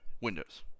Windows